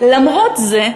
למרות זה,